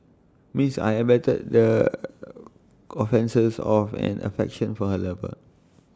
Miss I abetted the offences of an affection for her lover